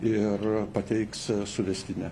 ir pateiks suvestinę